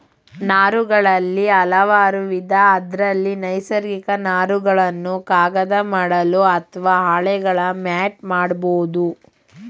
ನಾರುಗಳಲ್ಲಿ ಹಲವಾರುವಿಧ ಅದ್ರಲ್ಲಿ ನೈಸರ್ಗಿಕ ನಾರುಗಳನ್ನು ಕಾಗದ ಮಾಡಲು ಅತ್ವ ಹಾಳೆಗಳ ಮ್ಯಾಟ್ ಮಾಡ್ಬೋದು